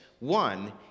one